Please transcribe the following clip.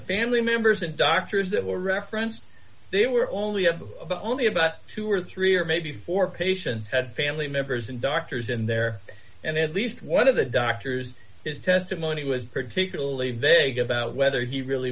family members and doctors that were referenced they were only have only about two or three or maybe four patients had family members and doctors in there and at least one of the doctors his testimony was particularly vague about whether he really